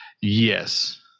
Yes